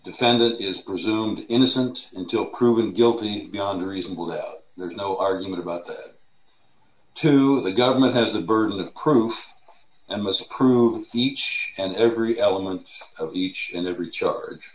defendant is presumed innocent until proven guilty beyond a reasonable doubt there's no argument about that too the government has the burden of proof and must prove each and every element of each and every charge